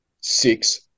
six